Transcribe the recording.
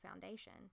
foundation